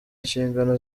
inshingano